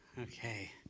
Okay